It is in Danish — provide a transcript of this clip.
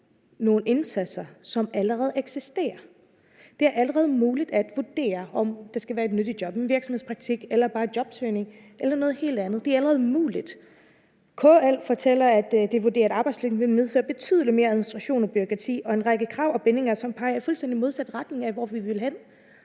nogle indsatser, som allerede eksisterer. Det er allerede muligt at vurdere, om det skal være et nyttejob, en virksomhedspraktik eller bare jobsøgning eller noget helt andet. Det er allerede muligt. KL fortæller, at de vurderer, at arbejdspligten vil medføre betydelig mere administration, bureaukrati og en række krav og bindinger, som peger i fuldstændig modsat retning af der, hvor vi vil hen.